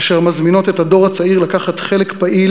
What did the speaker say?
אשר מזמינות את הדור הצעיר לקחת חלק פעיל